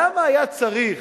למה היה צריך